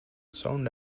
sound